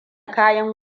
kayan